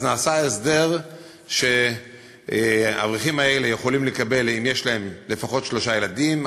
ואז נעשה הסדר שהאברכים האלה יכולים לקבל אם יש להם לפחות שלושה ילדים,